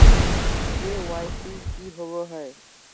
KYC की होबो है?